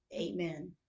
Amen